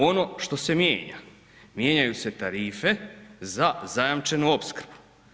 Ono što se mijenja, mijenjaju se tarife za zajamčenu opskrbu.